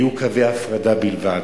היו קווי הפרדה בלבד,